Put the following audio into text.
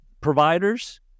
providers